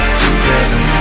together